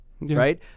right